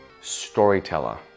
storyteller